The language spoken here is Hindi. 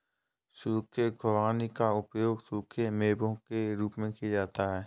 सूखे खुबानी का उपयोग सूखे मेवों के रूप में किया जाता है